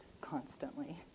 constantly